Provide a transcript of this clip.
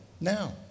now